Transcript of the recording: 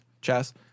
chess